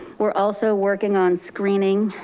we're also working on screening